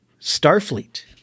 Starfleet